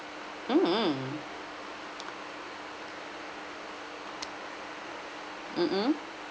mmhmm mmhmm